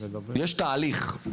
יש תהליך.